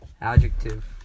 Adjective